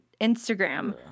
Instagram